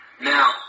Now